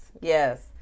yes